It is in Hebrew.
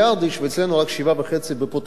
ואצלנו רק 7.5 מיליון בפוטנציאל,